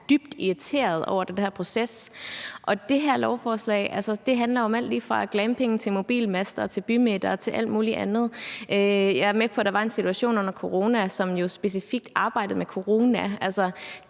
som er dybt irriteret over den her proces. Det her lovforslag handler om alt lige fra glamping til mobilmaster og bymidter og alt muligt andet. Jeg er med på, at der var en situation under corona, hvor man jo specifikt arbejdede med corona.